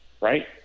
right